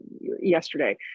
yesterday